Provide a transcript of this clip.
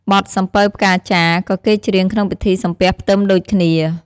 បទសំពៅផ្កាចារ ក៏គេច្រៀងក្នុងពិធីសំពះផ្ទឹមដូចគ្នា។